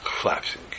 collapsing